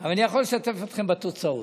אבל אני יכול לשתף אתכם בתוצאות.